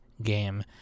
game